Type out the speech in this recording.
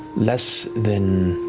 less than,